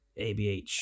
ABH